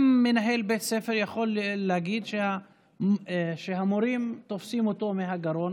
גם מנהל בית ספר יכול להגיד שהמורים תופסים אותו בגרון,